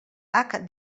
hac